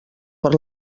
per